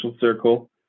circle